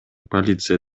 полиция